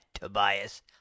Tobias